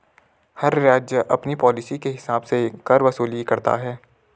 हर राज्य अपनी पॉलिसी के हिसाब से कर वसूली करता है